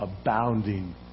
abounding